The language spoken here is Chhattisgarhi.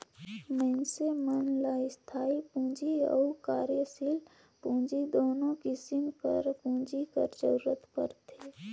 मइनसे मन ल इस्थाई पूंजी अउ कारयसील पूंजी दुनो किसिम कर पूंजी कर जरूरत परथे